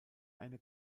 eine